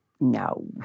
No